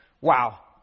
wow